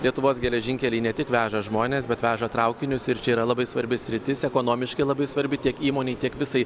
lietuvos geležinkeliai ne tik veža žmones bet veža traukinius ir čia yra labai svarbi sritis ekonomiškai labai svarbi tiek įmonei tiek visai